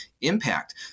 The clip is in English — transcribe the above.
impact